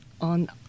on